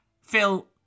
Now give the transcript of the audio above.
Phil